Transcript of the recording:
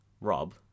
Rob